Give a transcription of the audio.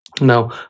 Now